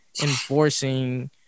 enforcing